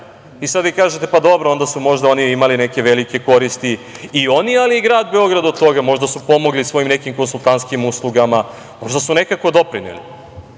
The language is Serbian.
E, sad vi kažete, pa dobro onda su možda imali neke velike koristi i oni, ali i grad Beograd od toga možda su pomogli svojim nekim konsultantskim uslugama, možda su nekako doprineli.